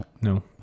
no